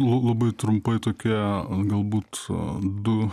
labai trumpai tokia galbūt du